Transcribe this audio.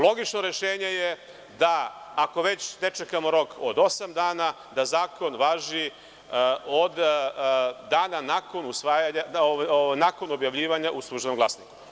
Logično rešenje je da ako već ne čekamo rok od osam dana da zakon važi od dana objavljivanja u „Službenom glasniku“